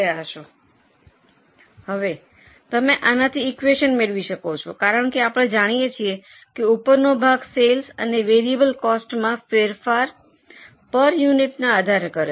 હવે તમે આનાથી ઇક્યુએશન મેળવી શકો છો કારણ કે આપણે જાણીએ છીએ કે ઉપરનો ભાગ સેલ્સ અને વેરીએબલ કોસ્ટમાં ફેરફાર પર યુનિટના આધારે કરે છે